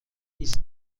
ist